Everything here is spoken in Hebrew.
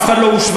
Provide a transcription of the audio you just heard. אף אחד לא הושווה.